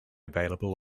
available